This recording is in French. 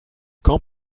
quand